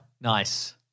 Nice